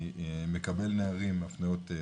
היא מקבלת נערים והפניות.